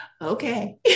okay